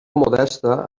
modesta